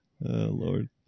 Lord